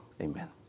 Amen